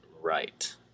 right